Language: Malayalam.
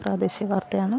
പ്രാദേശിക വാർത്തയാണ്